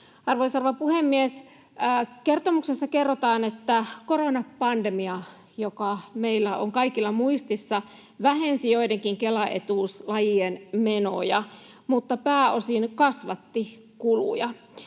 rouva puhemies! Kertomuksessa kerrotaan, että koronapandemia, joka meillä kaikilla on muistissa, vähensi joidenkin Kela-etuuslajien menoja mutta pääosin kasvatti kuluja.